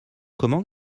comment